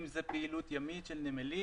אם זו פעילות ימית של נמלים,